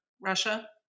Russia